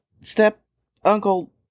step-uncle